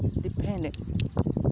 dependent